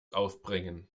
aufbringen